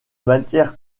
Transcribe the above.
matière